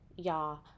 Y'all